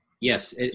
Yes